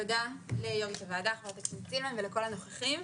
תודה ליו"ר הוועדה, חה"כ סילמן, ולכל הנוכחים.